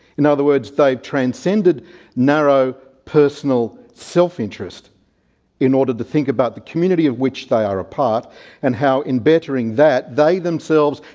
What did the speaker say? in other words, they've transcended narrow personal self-interest in order to think about the community of which they are a part and how in bettering that they themselves,